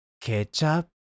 Ketchup